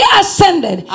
ascended